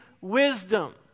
wisdom